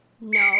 No